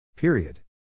Period